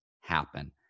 happen